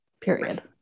period